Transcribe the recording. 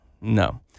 No